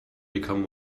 become